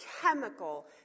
chemical